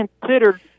considered